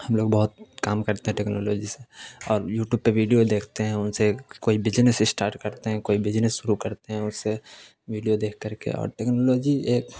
ہم لوگ بہت کام کرتے ہیں ٹیکنالوجی سے اور یو ٹیوب پہ ویڈیو دیختے ہیں ان سے کوئی بزنس اسٹارٹ کرتے ہیں کوئی بزنس شروع کرتے ہیں اس سے ویڈیو دیکھ کر کے اور ٹیکنالوجی ایک